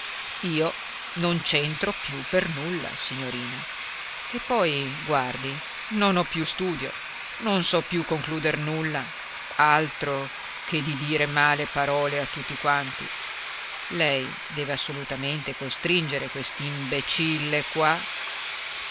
io non c'entro più per nulla signorina e poi guardi non ho più studio non so più concluder nulla altro che di dire male parole a tutti quanti lei deve assolutamente costringere quest'imbecille qua